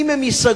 אם הם ייסגרו,